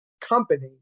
company